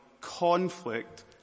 conflict